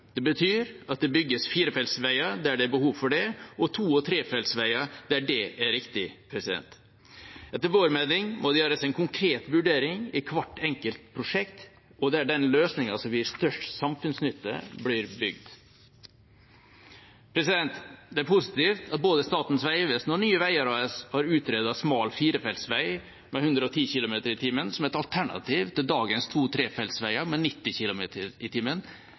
Det betyr at det bygges firefeltsveier der det er behov for det, og to- og trefeltsveier der det er riktig. Etter vår mening må det gjøres en konkret vurdering i hvert enkelt prosjekt, der den løsningen som gir størst samfunnsnytte, blir valgt. Det er positivt at både Statens vegvesen og Nye Veier AS har utredet smal firefeltsvei med 110 km/t som et alternativ til dagens to-/trefeltsveier med 90 km/t